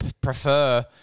prefer